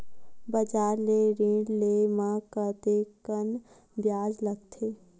बजार ले ऋण ले म कतेकन ब्याज लगथे?